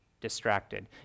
distracted